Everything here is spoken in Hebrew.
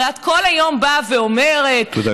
הרי את כל היום באה ואומרת, תודה, גברתי.